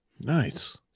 nice